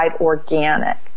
organic